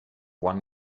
one